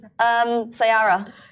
Sayara